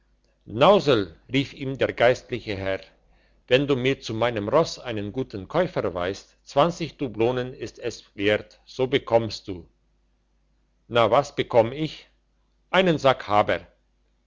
rief ihm der geistliche herr wenn du mir zu meinem ross einen guten käufer weisst dublonen ist es wert so bekommst du na was bekomm ich einen sack haber